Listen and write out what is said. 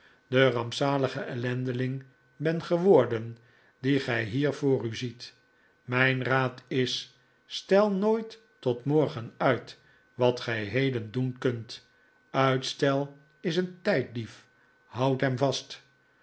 de rampzalige ellendeling ben geworden dieh gij hier voor u ziet mijn raad is stel nooit tot morgen uit wat gij heden doen kunt uitstel is een tijddief houd hem vast